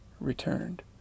returned